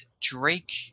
Drake